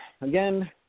Again